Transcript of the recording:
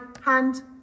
Hand